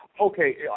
Okay